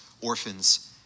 orphans